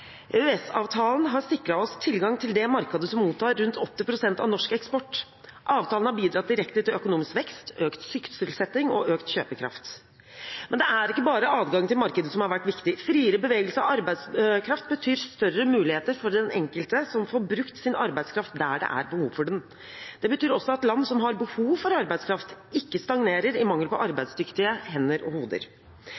har sikret oss tilgang til det markedet som mottar rundt 80 pst. av norsk eksport. Avtalen har bidratt direkte til økonomisk vekst, økt sysselsetting og økt kjøpekraft. Men det er ikke bare adgang til markedet som har vært viktig. Friere bevegelse av arbeidskraft betyr større muligheter for den enkelte, som får brukt sin arbeidskraft der det er behov for den. Det betyr også at land som har behov for arbeidskraft, ikke stagnerer i mangel på